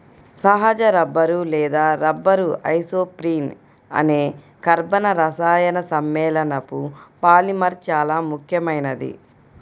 సహజ రబ్బరు లేదా rubber isoprene అనే కర్బన రసాయన సమ్మేళనపు పాలిమర్ చాలా ముఖ్యమైనది